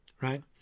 right